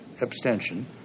abstention